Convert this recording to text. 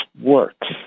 works